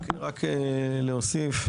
רק להוסיף,